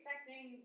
expecting